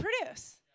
produce